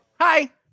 Hi